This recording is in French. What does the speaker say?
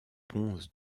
ponce